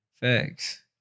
thanks